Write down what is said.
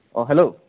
অঁ হেল্ল'